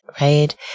right